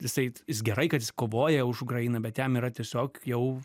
jisai jis gerai kad jis kovoja už ukrainą bet jam yra tiesiog jau